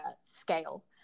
scale